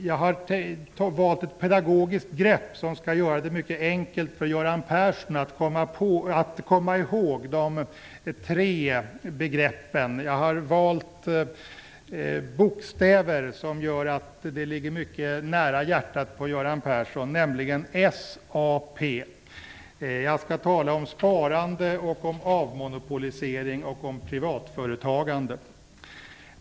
Jag har valt ett pedagogiskt grepp som skall göra det mycket enkelt för Göran Persson att komma ihåg de tre begreppen. Jag har valt bokstäver som ligger mycket nära hjärtat på Göran Persson, nämligen S, A och P. Jag skall tala om sparande, avmonopolisering och privatföretagande.